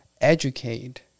educate